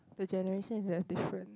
the generation is very different